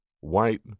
white